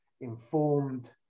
informed